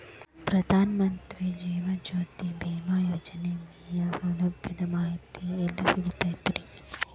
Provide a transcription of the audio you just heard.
ಪ್ರಧಾನ ಮಂತ್ರಿ ಜೇವನ ಜ್ಯೋತಿ ಭೇಮಾಯೋಜನೆ ವಿಮೆ ಸೌಲಭ್ಯದ ಮಾಹಿತಿ ಎಲ್ಲಿ ಸಿಗತೈತ್ರಿ?